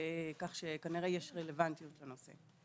כך שכנראה יש רלוונטיות לנושא.